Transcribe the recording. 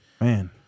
Man